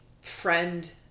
friend